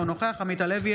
אינו נוכח עמית הלוי,